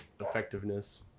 effectiveness